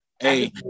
Hey